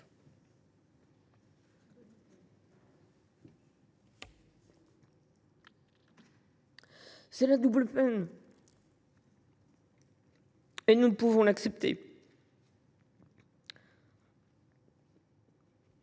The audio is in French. C’est la double peine, et nous ne pouvons l’accepter.